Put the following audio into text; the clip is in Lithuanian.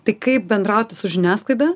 tai kaip bendrauti su žiniasklaida